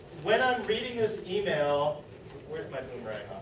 when i am reading this email where is my boomerang